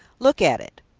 look at it!